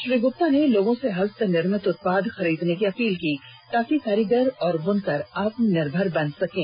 श्री गुप्ता ने लोगों से हस्तनिर्मित उत्पाद खरीदने की अपील की ताकि कारीगर और बनकर आत्मनिर्भर बन सकें